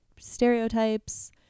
stereotypes